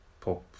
pop